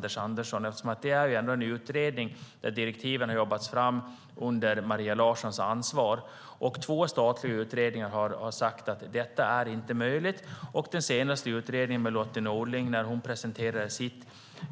Det finns ändå en utredning där direktiven har jobbats fram under Maria Larssons ansvar. Två statliga utredningar har sagt att detta inte är möjligt. När Lotty Nordling presenterade resultatet av